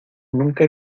nunca